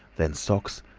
then socks,